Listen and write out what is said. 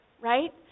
right